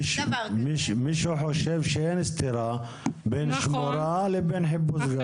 מי שחושב שאין סתירה בין שמורה לבין חיפוש גז.